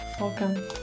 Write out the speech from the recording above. Welcome